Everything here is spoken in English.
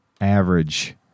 average